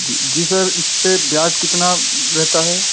जी जी सर इस पर ब्याज कितना रहता है